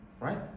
Right